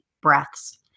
breaths